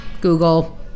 Google